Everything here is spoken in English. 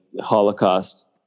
Holocaust